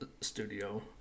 studio